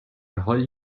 حالی